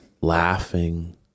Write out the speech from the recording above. laughing